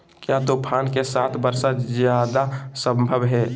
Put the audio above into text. क्या तूफ़ान के साथ वर्षा जायदा संभव है?